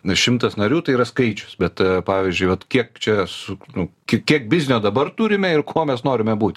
na šimtas narių tai yra skaičius bet pavyzdžiui vat kiek čia suk nu kiek kiek biznio dabar turime ir kuo mes norime būti